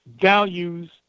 values